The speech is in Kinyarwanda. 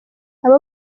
aba